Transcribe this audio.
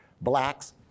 blacks